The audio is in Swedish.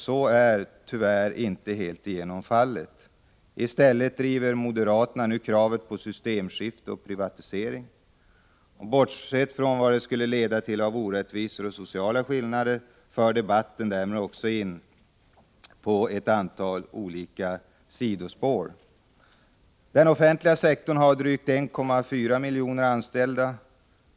Så är, tyvärr, inte fallet helt igenom. I stället driver moderaterna nu kravet på ett systemskifte och på en privatisering. Bortsett från vad någonting sådant skulle leda till i form av orättvisor och sociala skillnader för debatten därmed in på ett antal olika sidospår. Den offentliga sektorn har drygt 1,4 miljoner anställda.